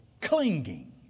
clinging